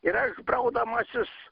ir aš braudamasis